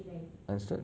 understood